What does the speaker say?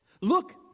Look